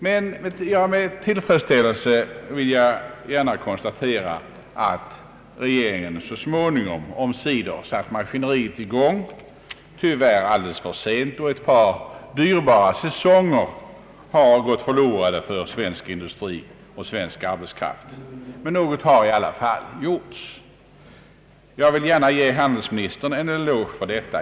Men jag vill gärna med tillfredsställelse konstatera att regeringen omsider satt maskinen i gång — tyvärr alltför sent. Ett par dyrbara säsonger har gått förlorade för svensk industri och svensk arbetskraft, men något har i alla fall gjorts. Jag vill gärna ge handelsministern en eloge för detta.